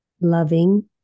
loving